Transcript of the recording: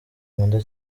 nkunda